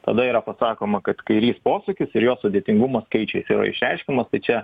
tada yra pasakoma kad kairys posūkis ir jo sudėtingumas skaičiais yra išreiškiamas tai čia